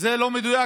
זה לא מדויק?